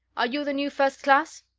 are you the new first class?